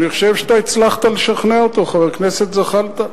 אני חושב שהצלחת לשכנע אותו, חבר הכנסת זחאלקה.